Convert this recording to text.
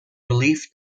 relieve